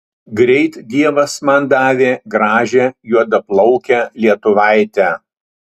greit dievas man davė gražią juodaplaukę lietuvaitę